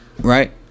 right